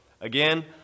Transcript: again